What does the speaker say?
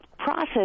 Process